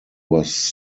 was